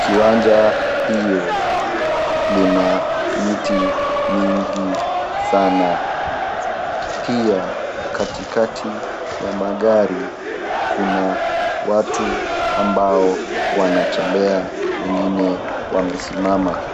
Kiwanja hiyo ina miti mingi sana. Pia katikati ya magari kuna watu ambao wanatembea, wengine wamesimama.